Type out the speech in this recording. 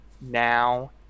now